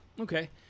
Okay